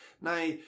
Now